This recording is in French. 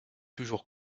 toujours